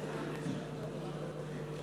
הצעת חוק יסודות התקציב